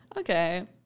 Okay